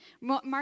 Mark